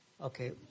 Okay